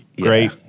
great